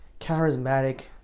charismatic